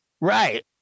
Right